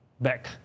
back